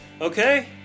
Okay